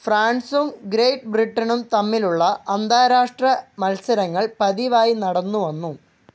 ഫ്രാൻസും ഗ്രേറ്റ് ബ്രിട്ടണും തമ്മിലുള്ള അന്താരാഷ്ട്ര മത്സരങ്ങൾ പതിവായി നടന്നുവന്നു